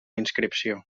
inscripció